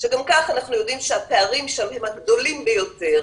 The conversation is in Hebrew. שגם ככה אנחנו יודעים שהפערים שם הם הגדולים ביותר